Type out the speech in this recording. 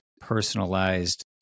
personalized